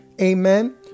Amen